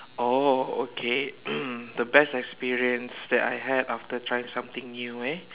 oh okay the best experience that I had after trying something new eh